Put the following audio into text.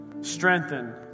strengthen